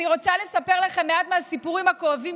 אני רוצה לספר לכם מעט מהסיפורים הכואבים